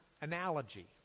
analogy